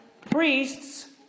Priests